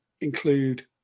include